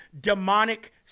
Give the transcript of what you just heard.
demonic